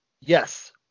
Yes